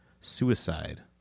suicide